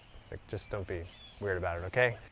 just don't be weird about it, okay?